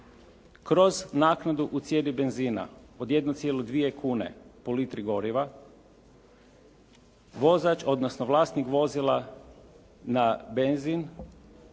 kroz naknadu u cijeni benzina od 1,2 kune po litri goriva, vozač, odnosno vlasnik vozila na benzin